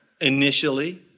initially